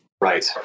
Right